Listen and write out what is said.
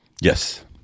Yes